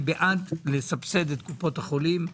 אני בעד לסבסד את קופות החולים,